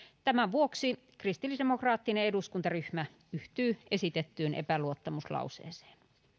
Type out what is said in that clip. tämän vuoksi kristillisdemokraattinen eduskuntaryhmä yhtyy esitettyyn epäluottamuslauseeseen